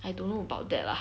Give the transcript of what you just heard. I don't know about that lah